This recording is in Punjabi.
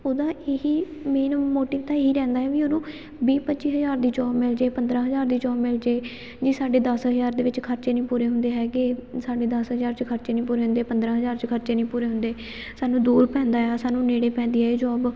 ਉਹਦਾ ਇਹ ਹੀ ਮੇਨ ਮੋਟਿਵ ਤਾਂ ਇਹ ਹੀ ਰਹਿੰਦਾ ਆ ਵੀ ਉਹਨੂੰ ਵੀਹ ਪੱਚੀ ਹਜ਼ਾਰ ਦੀ ਜੋਬ ਮਿਲ ਜਾਵੇ ਪੰਦਰਾਂ ਹਜ਼ਾਰ ਦੀ ਜੋਬ ਮਿਲ ਜਾਵੇ ਜੀ ਸਾਡੇ ਦਸ ਹਜ਼ਾਰ ਦੇ ਵਿੱਚ ਖਰਚੇ ਨਹੀਂ ਪੂਰੇ ਹੁੰਦੇ ਹੈਗੇ ਸਾਡੇ ਦਸ ਹਜ਼ਾਰ 'ਚ ਖਰਚੇ ਨਹੀਂ ਪੂਰੇ ਹੁੰਦੇ ਪੰਦਰਾਂ ਹਜ਼ਾਰ 'ਚ ਖਰਚੇ ਨਹੀਂ ਪੂਰੇ ਹੁੰਦੇ ਸਾਨੂੰ ਦੂਰ ਪੈਂਦਾ ਆ ਸਾਨੂੰ ਨੇੜੇ ਪੈਂਦੀ ਹੈ ਇਹ ਜੋਬ